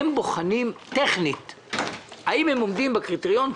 הם בוחנים טכנית האם העמותות עומדות בקריטריון,